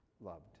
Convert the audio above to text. loved